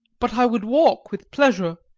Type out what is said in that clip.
but i would walk with pleasure.